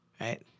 right